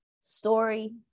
story